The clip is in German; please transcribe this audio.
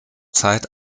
zeit